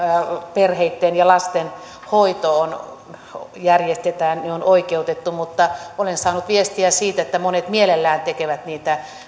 perheitten ja lasten hoito järjestetään on oikeutettu mutta olen saanut viestiä siitä että monet mielellään tekevät niitä